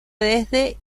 desde